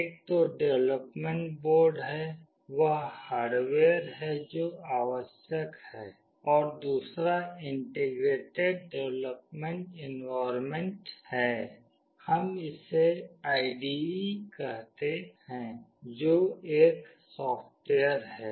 एक तो development board है वह हार्डवेयर है जो आवश्यक है और दूसरा इंटीग्रेटेड डेवलपमेंट एनवायरनमेंट है हम इसे आईडीई कहते हैं जो एक सॉफ्टवेयर है